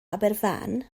aberfan